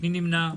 מי נמנע?